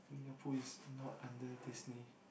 Winnie-the-Pooh is not under Disney